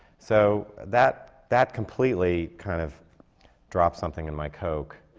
so that that completely kind of dropped something in my coke